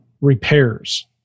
repairs